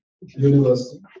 university